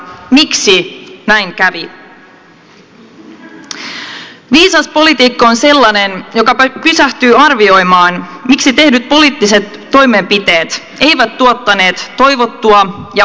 viisas poliitikko on sellainen joka pysähtyy arvioimaan miksi tehdyt poliittiset toimenpiteet eivät tuottaneet toivottua ja odotettua tulosta